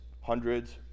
hundreds